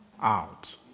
out